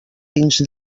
dins